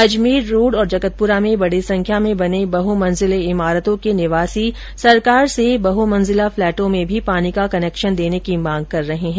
Ajmer road और जगतपुरा में बडी संख्या में बने बहुमंजिले इमारतों के निवासी सरकार से बहुमंजिला फ्लेटों में भी पानी का कनेक्शन देने की मांग कर रहे है